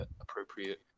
appropriate